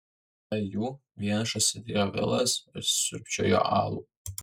vienoje jų vienišas sėdėjo vilas ir sriubčiojo alų